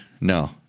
No